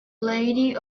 lady